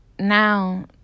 now